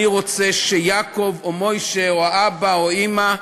אני רוצה שיעקב או משה או האבא או האימא,